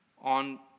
on